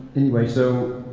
anyway so,